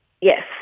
Yes